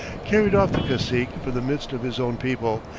carried off the cacique from the midst of his own people,